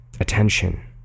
attention